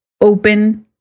open